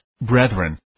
Brethren